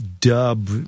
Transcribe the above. dub